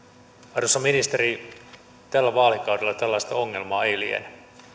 arvoisa ministeri tällä vaalikaudella tällaista ongelmaa ei liene